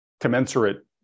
commensurate